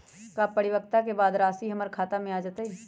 का परिपक्वता के बाद राशि हमर खाता में आ जतई?